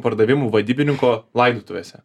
pardavimų vadybininko laidotuvėse